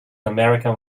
american